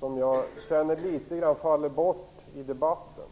något som litet grand faller bort i debatten.